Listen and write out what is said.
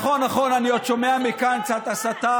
נכון, נכון, אני עוד שומע מכאן קצת הסתה.